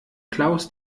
klaus